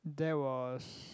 that was